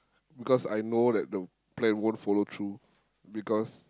because I know that the plan won't follow through because